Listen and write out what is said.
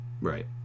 right